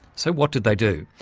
so, what did they do?